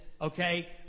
okay